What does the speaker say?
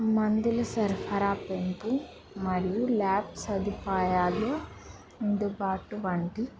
మందుల సరఫరా పెయింటింగ్ మరియు ల్యాబ్ సదుపాయాలు అందుబాటు వంటి